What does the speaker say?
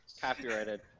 copyrighted